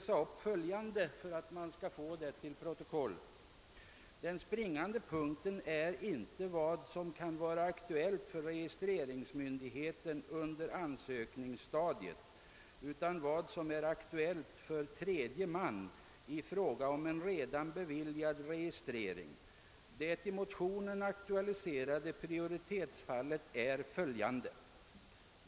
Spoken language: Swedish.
Sammanställningen lyder: >Den springande punkten är icke vad som kan vara aktuellt för registreringsmyndigheten under ansökningsstadiet ——— utan vad som är aktuellt för tredje man i fråga om en redan beviljad registrering. Det i motionen aktualiserade prioritetsfallet är följande.